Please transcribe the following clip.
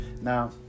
Now